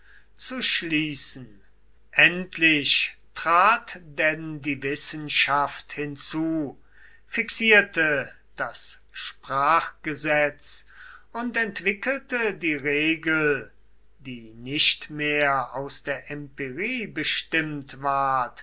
zu schließen endlich trat denn die wissenschaft hinzu fixierte das sprachgesetz und entwickelte die regel die nicht mehr aus der empirie bestimmt ward